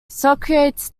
socrates